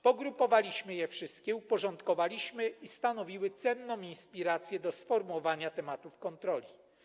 Pogrupowaliśmy je wszystkie, uporządkowaliśmy i stanowiły cenną inspirację do sformułowania tematów kontroli.